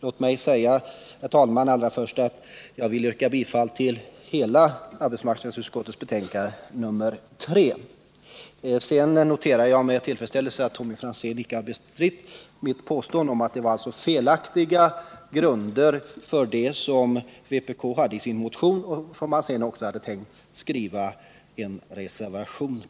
Låt mig först, herr talman, yrka bifall till arbetsmarknadsutskottets hemställan i dess helhet i utskottets betänkande nr 3. Jag vill sedan notera med tillfredsställelse att Tommy Franzén icke har bestritt mitt påstående om att vpk:s motion hade väckts på felaktiga grunder, på vilka man också hade tänkt skriva en reservation.